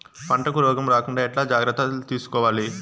పంటకు రోగం రాకుండా ఎట్లా జాగ్రత్తలు తీసుకోవాలి?